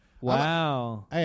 Wow